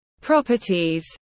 Properties